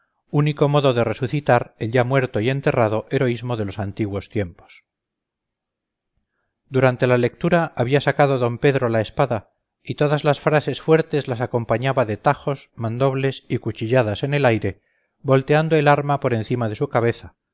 único modo de resucitar el ya muerto y enterrado heroísmo de los antiguos tiempos durante la lectura había sacado d pedro la espada y todas las frases fuertes las acompañaba de tajos mandobles y cuchilladas en el aire volteando el arma por encima de su cabeza